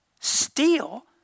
steal